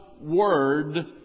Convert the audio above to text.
Word